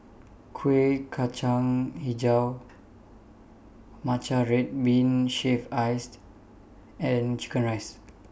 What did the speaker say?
Kuih Kacang Hijau Matcha Red Bean Shaved Ice and Chicken Rice